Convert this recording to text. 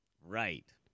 Right